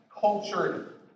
cultured